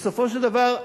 בסופו של דבר,